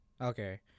Okay